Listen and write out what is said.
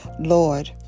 Lord